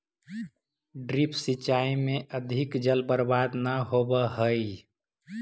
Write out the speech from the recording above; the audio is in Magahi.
ड्रिप सिंचाई में अधिक जल बर्बाद न होवऽ हइ